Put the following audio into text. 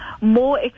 more